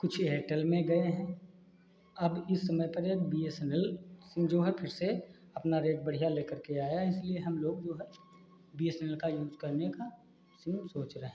कुछ एयरटेल में गए हैं अब इस समय पर है B S N L SIM जो है फ़िर से अपना रेट बढ़िया लेकर के आया है इसलिए हम लोग जो है बी एस एन एल का यूज करने का सिम सोच रहे हैं